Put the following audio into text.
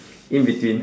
in between